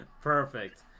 Perfect